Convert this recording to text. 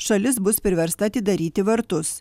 šalis bus priversta atidaryti vartus